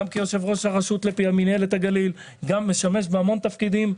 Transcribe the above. גם כיושב-ראש מנהלת הגליל ואני גם משמש בהמון תפקידים,